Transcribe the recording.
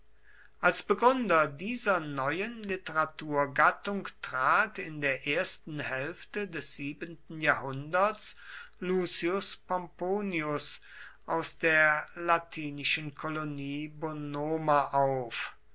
als begründer dieser neuen literaturgattung trat in der ersten hälfte des siebenten jahrhunderts lucius pomponius aus der latinischen kolonie bonoma auf